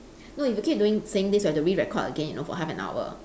no if you keep doing saying this we have to re-record again you know for half an hour